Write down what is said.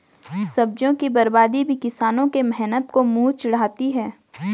सब्जियों की बर्बादी भी किसानों के मेहनत को मुँह चिढ़ाती है